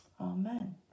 Amen